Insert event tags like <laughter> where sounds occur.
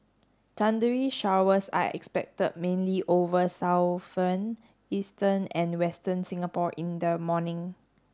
thundery showers are expected mainly over <unintelligible> eastern and western Singapore in the morning